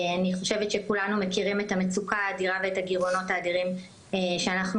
אני חושבת שכולם מכירים את המצוקה האדירה והגירעונות האדירים שאנחנו